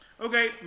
Okay